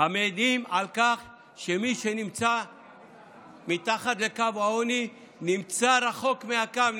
המעידים על כך שמי שנמצא מתחת לקו העוני נמצא רחוק מהקו,